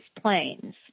planes